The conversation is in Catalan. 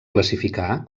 classificar